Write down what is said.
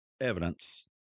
evidence